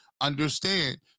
understand